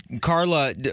Carla